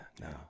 no